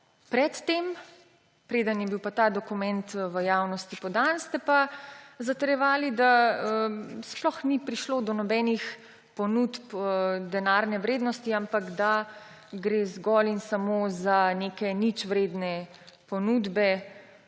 Pred tem, preden je bil ta dokument v javnost podan, ste pa zatrjevali, da sploh ni prišlo do nobenih ponudb denarne vrednosti, ampak da gre zgolj in samo za neke ničvredne ponudbe